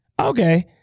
Okay